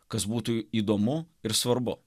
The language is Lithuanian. kas būtų įdomu ir svarbu